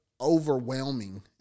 overwhelming